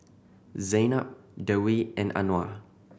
Zaynab Dewi and Anuar